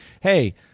hey